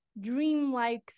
dream-like